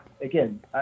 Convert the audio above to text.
again